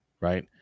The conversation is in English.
right